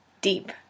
Deep